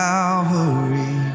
Calvary